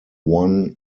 one